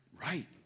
right